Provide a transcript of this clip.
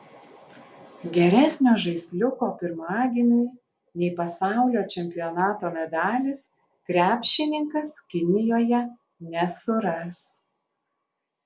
geresnio žaisliuko pirmagimiui nei pasaulio čempionato medalis krepšininkas kinijoje nesuras